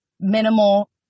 minimal